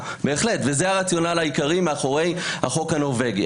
וזה הרציונל העיקרי מאחורי החוק הנורבגי.